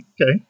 Okay